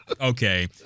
Okay